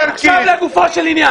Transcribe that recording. עכשיו לגופו של עניין.